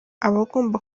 abagomba